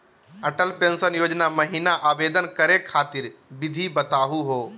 Atal pension योजना महिना आवेदन करै खातिर विधि बताहु हो?